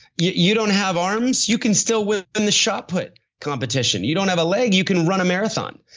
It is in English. you you don't have arms? you can still win win the shop put competition. you don't have a leg, you can run a marathon.